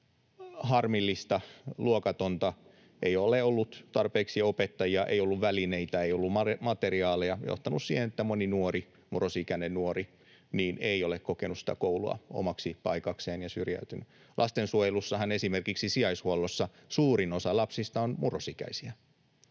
niin harmillisen luokatonta. Ei ole ollut tarpeeksi opettajia, ei ole ollut välineitä, ei ole ollut materiaaleja. Se on johtanut siihen, että moni nuori, murrosikäinen nuori, ei ole kokenut koulua omaksi paikakseen ja on syrjäytynyt. Lastensuojelussahan esimerkiksi sijaishuollossa suurin osa lapsista on murrosikäisiä.